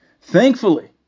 Thankfully